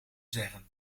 zeggen